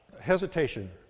hesitation